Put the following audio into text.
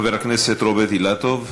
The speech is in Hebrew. חבר הכנסת רוברט אילטוב,